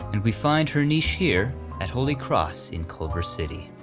and we find her niche here at holy cross in culver city.